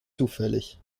zufällig